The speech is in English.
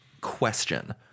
question